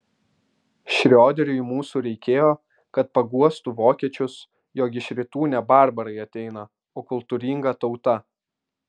šrioderiui mūsų reikėjo kad paguostų vokiečius jog iš rytų ne barbarai ateina o kultūringa tauta